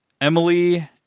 Emily